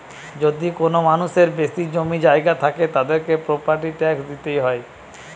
যদি কোনো মানুষের বেশি জমি জায়গা থাকে, তাদেরকে প্রপার্টি ট্যাক্স দিইতে হয়